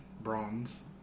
bronze